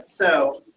so,